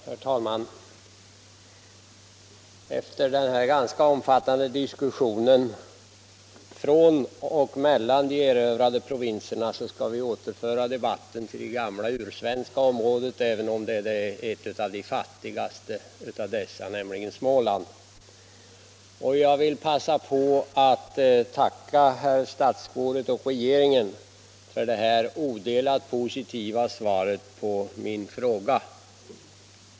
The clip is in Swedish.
Herr talman! Efter den ganska omfattande diskussionen från och mellan de erövrade provinserna skall vi återföra debatten till det gamla ursvenska området, även om det gäller en av de fattigaste delarna, nämligen Småland. Jag tackar herr statsrådet och regeringen för det odelat positiva svaret på min fråga.